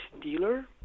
dealer